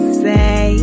say